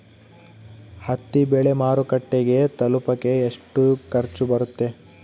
ಹತ್ತಿ ಬೆಳೆ ಮಾರುಕಟ್ಟೆಗೆ ತಲುಪಕೆ ಎಷ್ಟು ಖರ್ಚು ಬರುತ್ತೆ?